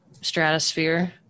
stratosphere